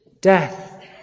death